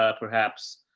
ah perhaps,